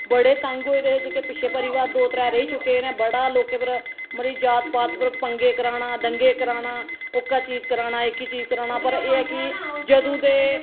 बडे तंग होऐ दे है जेहके पिच्छे परिवा दो त्रै रेही चुके दे ना बड़ा लोकें पर मतलब कि जात पात उप्पर पंगे कराना दंगे कराना ओहका चीज कराना एहकी चीज कराना पर एह् है कि जंदू दे